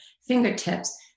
fingertips